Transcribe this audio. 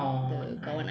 oh ah